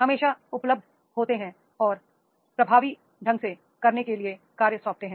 हमेशा उपलब्ध होते हैं और प्रभावी ढंग से करने के लिए कार्य सौंपते हैं